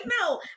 No